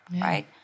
right